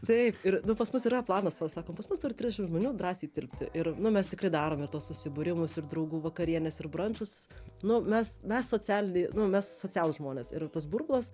taip ir pas mus yra planas va sakom pas mus turi trisdešim žmonių drąsiai tilpti ir nu mes tikrai darom ir tuos susibūrimus ir draugų vakarienes ir brančus nu mes mes socialiniai nu mes socialūs žmonės ir tas burbulas